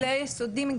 תודה רבה.